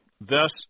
Thus